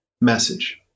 message